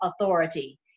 authority